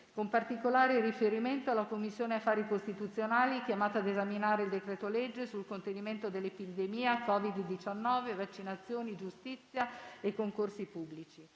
con particolare riferimento alla Commissione affari costituzionali chiamata ad esaminare il decreto-legge sul contenimento dell'epidemia Covid-19, vaccinazioni, giustizia e concorsi pubblici.